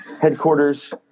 Headquarters